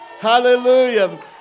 Hallelujah